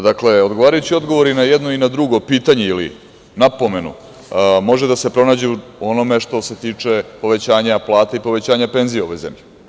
Dakle, odgovarajući odgovori i na jedno i drugo pitanje ili napomenu, može da se pronađe u onome što se tiče povećanja plata i povećanje penzija u ovoj zemlji.